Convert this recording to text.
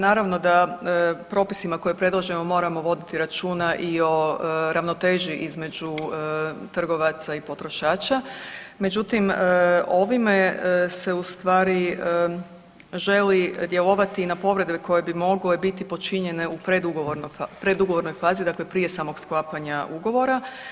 Naravno da propisima koje predlažemo moramo voditi računa i o ravnoteži između trgovaca i potrošača, međutim ovime se ustvari želi djelovati na povrede koje bi mogle biti počinjene u predugovornoj fazi dakle prije samog sklapanja ugovora.